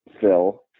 phil